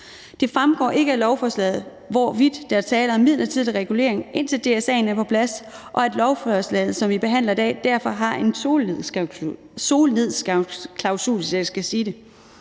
Det fremgår ikke af lovforslaget, hvorvidt der er tale om midlertidig regulering, indtil DSA er på plads, og om lovforslaget, som vi behandler i dag, derfor har en solnedgangsklausul. Hvis det ikke er